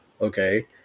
okay